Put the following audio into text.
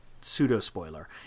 pseudo-spoiler